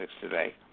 today